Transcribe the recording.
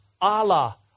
Allah